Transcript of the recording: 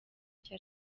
icyo